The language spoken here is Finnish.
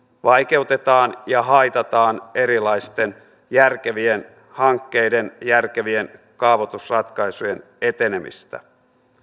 vaikeutetaan ja haitataan erilaisten järkevien hankkeiden järkevien kaavoitusratkaisujen etenemistä